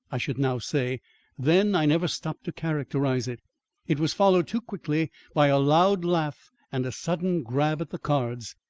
i should now say then i never stopped to characterise it it was followed too quickly by a loud laugh and a sudden grab at the cards.